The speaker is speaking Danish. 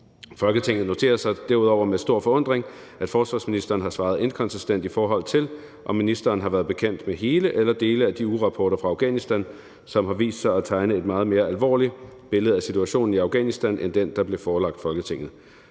Folketinget noterer sig derudover med stor forundring, at forsvarsministeren har svaret inkonsistent, i forhold til om ministeren har været bekendt med hele eller dele af de ugerapporter fra Afghanistan, som har vist sig at tegne et meget mere alvorligt billede af situationen i Afghanistan end den, som blev forelagt Folketinget.